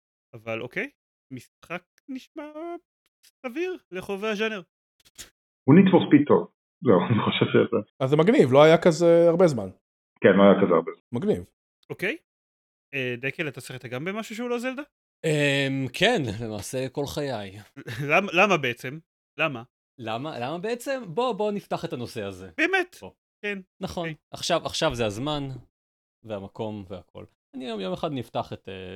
אבל אוקיי, משחק נשמע סביר לחובבי הז'אנר. הוא Need for Speed טוב. לא, אני חושב שזה- אז זה מגניב, לא היה כזה הרבה זמן. כן, לא היה כזה הרבה זמן. מגניב. אוקיי. אה, דקל, אתה שיחקת גם במשהו שהוא לא זלדה? אמ, כן, למעשה כל חיי. למ- למה בעצם? למה? למה- למה בעצם? בוא- בוא נפתח את הנושא הזה. באמת? בוא. כן, נכון. אוקיי. עכשיו- עכשיו זה הזמן והמקום והכל. אני יום- יום אחד נפתח את, אה,